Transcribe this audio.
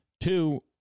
Two